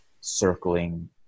circling